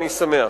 אני שמח.